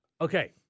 Okay